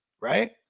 right